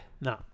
no